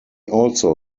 also